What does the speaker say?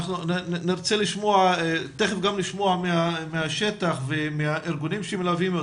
נרצה לשמוע תיכף גם מהשטח ומהארגונים שמלווים,